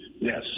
Yes